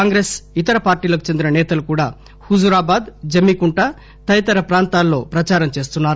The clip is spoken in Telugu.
కాంగ్రెస్ ఇతర పార్టీలకు చెందిన నేతలు కూడా హుజురాబాద్ జమ్మి కుంట తదితర ప్రాంతాల్లో ప్రదారం చేస్తున్నారు